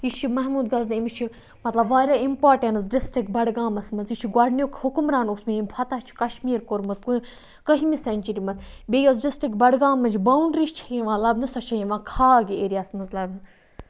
یہِ چھُ محمود غزنوی أمس چھُ مَطلَب واریاہ اِمپاٹنٕس ڈِسٹرک بَڈگامَس مَنٛز یہِ چھُ گۄڈنیُک حُکُمران اوسمُت ییٚمۍ فَتَح چھُ کَشمیٖر کوٚرمُت کٔہمہِ سیٚنچُری مَنٛز بیٚیہِ یۄس ڈِسٹرک بَڈگامٕچ بونٛڈری چھِ یِوان لَبنہٕ سۄ چھِ یِوان کھاگ ایریاہَس مَنٛز لَبنہٕ